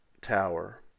tower